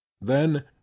Then—